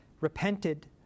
repented